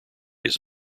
his